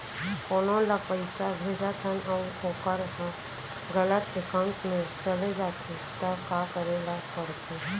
कोनो ला पइसा भेजथन अऊ वोकर ह गलत एकाउंट में चले जथे त का करे ला पड़थे?